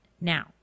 Now